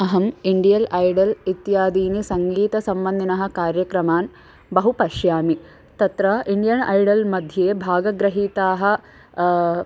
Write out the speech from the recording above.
अहम् Indian Idol इत्यादीनि सङ्गीतसम्बन्धिनः कार्यक्रमान् बहु पश्यामि तत्र इण्डियन् ऐडल् मध्ये भागगृहीताः